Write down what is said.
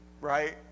right